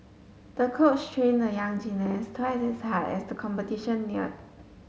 the coach trained the young gymnast twice as hard as the competition neared